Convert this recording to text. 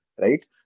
right